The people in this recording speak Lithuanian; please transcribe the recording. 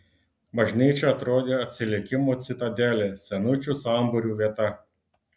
bažnyčia atrodė atsilikimo citadelė senučių sambūrių vieta